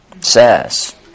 says